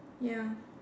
ya